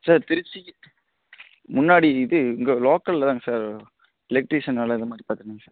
sir திருச்சிக்கு முன்னாடி இது இங்கே லோக்கலில் தாங்க சார் எலக்ட்ரிஷியன் வேலை அதை மாதிரி பார்த்துட்ருந்தேன் சார்